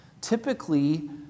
Typically